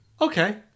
okay